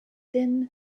thin